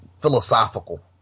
philosophical